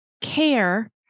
care